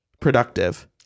productive